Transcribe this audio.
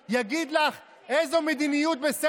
הם לא מעניינים אתכם.